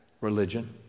Religion